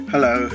Hello